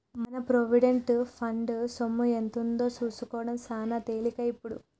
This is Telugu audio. మన ప్రొవిడెంట్ ఫండ్ సొమ్ము ఎంతుందో సూసుకోడం సాన తేలికే ఇప్పుడు